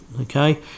Okay